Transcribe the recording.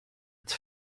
its